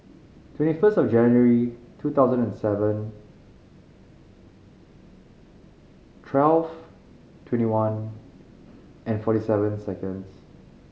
twenty first of January two thousand and seven twelve twenty one and forty seven seconds